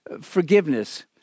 forgiveness